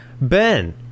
Ben